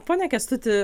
pone kęstuti